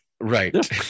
right